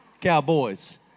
cowboys